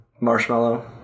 marshmallow